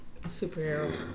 superhero